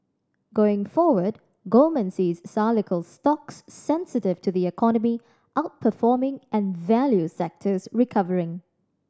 going forward Goldman sees cyclical stocks sensitive to the economy outperforming and value sectors recovering